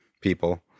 people